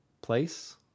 place